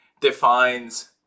defines